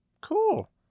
Cool